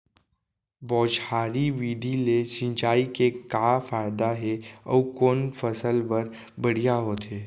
बौछारी विधि ले सिंचाई के का फायदा हे अऊ कोन फसल बर बढ़िया होथे?